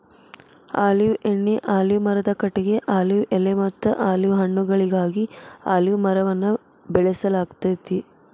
olive ಎಣ್ಣಿ, olive ಮರದ ಕಟಗಿ, ಆಲಿವ್ ಎಲೆಮತ್ತ ಆಲಿವ್ ಹಣ್ಣುಗಳಿಗಾಗಿ ಅಲಿವ್ ಮರವನ್ನ ಬೆಳಸಲಾಗ್ತೇತಿ